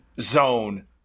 zone